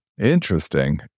Interesting